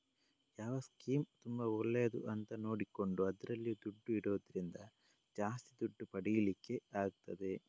ಯಾವ ಸ್ಕೀಮ್ ತುಂಬಾ ಒಳ್ಳೇದು ಅಂತ ನೋಡಿಕೊಂಡು ಅದ್ರಲ್ಲಿ ದುಡ್ಡು ಇಡುದ್ರಿಂದ ಜಾಸ್ತಿ ದುಡ್ಡು ಪಡೀಲಿಕ್ಕೆ ಆಗ್ತದೆ